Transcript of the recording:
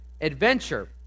adventure